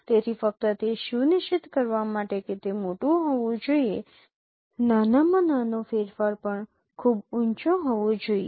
તેથી ફક્ત તે સુનિશ્ચિત કરવા માટે કે તે મોટું હોવું જોઈએ નાનામાં નાનો ફેરફાર પણ ખૂબ ઊંચો હોવો જોઈએ